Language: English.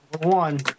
one